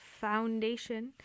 Foundation